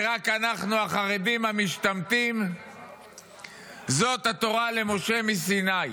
ורק אנחנו החרדים המשתמטים זאת התורה למשה מסיני.